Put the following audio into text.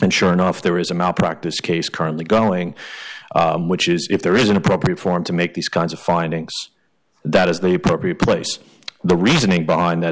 and sure enough there is a malpractise case currently going which is if there is an appropriate form to make these kinds of findings that is the appropriate place the reasoning behind that